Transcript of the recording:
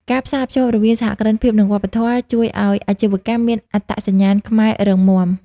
ការផ្សារភ្ជាប់រវាង "សហគ្រិនភាព និងវប្បធម៌" ជួយឱ្យអាជីវកម្មមានអត្តសញ្ញាណខ្មែររឹងមាំ។